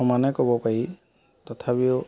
সমানে ক'ব পাৰি তথাপিও